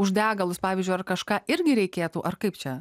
už degalus pavyzdžiui ar kažką irgi reikėtų ar kaip čia